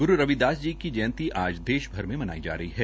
ग्रू रविदास जी की जयंती आज देश भर में मनाई जा रही है